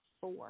four